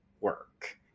work